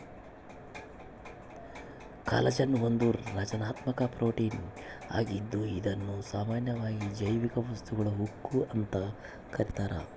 collagen ಒಂದು ರಚನಾತ್ಮಕ protein ಆಗಿದ್ದು ಇದುನ್ನ ಸಾಮಾನ್ಯವಾಗಿ ಜೈವಿಕ ವಸ್ತುಗಳ ಉಕ್ಕು ಅಂತ ಕರೀತಾರ